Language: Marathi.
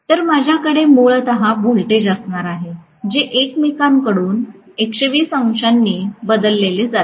तर माझ्याकडे मूलत व्होल्टेज असणार आहे जे एकमेकांकडून १२० अंशांनी बदलले जातील